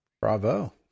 Bravo